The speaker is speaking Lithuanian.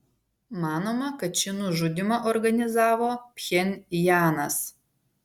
manoma kad šį nužudymą organizavo pchenjanas